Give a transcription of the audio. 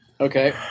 Okay